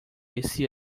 esse